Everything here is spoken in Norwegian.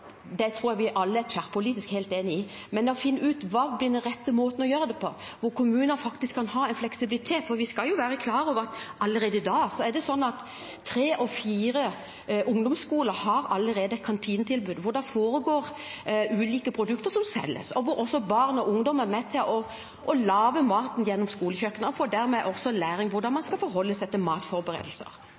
tror jeg vi alle er tverrpolitisk enige om. Men vi må finne ut hva som er den rette måten å gjøre det på, og hvor kommunene faktisk kan ha en fleksibilitet, for vi skal være klar over at tre av fire ungdomsskoler allerede i dag har et kantinetilbud hvor ulike produkter selges, og hvor også barn og ungdom er med og lager maten på skolekjøkkenet og dermed får lære hvordan man forbereder mat. Elise Bjørnebekk-Waagen – til